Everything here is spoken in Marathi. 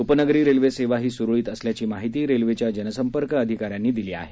उपनगरी रेल्वेसेवाही सुरळीत असल्याची माहिती रेल्वेच्या जनसंपर्क अधिकाऱ्यानं दिली आहे